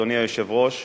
אדוני היושב-ראש,